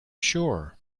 sure